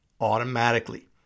automatically